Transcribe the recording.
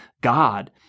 God